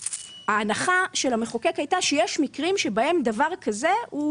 ההנחה של המחוקק הייתה שיש מקרים שבהם דבר כזה הוא